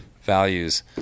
values